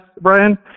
Brian